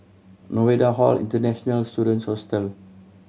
Novena Hall International Students Hostel